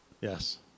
Yes